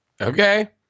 Okay